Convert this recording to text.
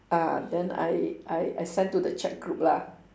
uh then I I I send to the chat group lah